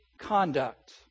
conduct